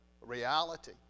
reality